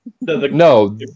no